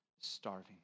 starving